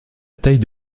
taille